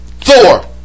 Thor